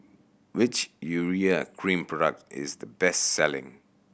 which Urea Cream product is the best selling